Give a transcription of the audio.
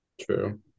True